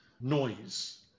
noise